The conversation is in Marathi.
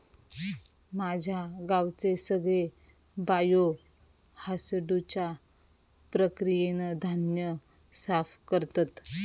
माझ्या गावचे सगळे बायो हासडुच्या प्रक्रियेन धान्य साफ करतत